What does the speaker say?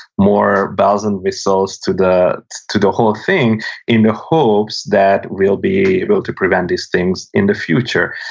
more bells and whistles to the to the whole thing in the hopes that we'll be able to prevent these things in the future.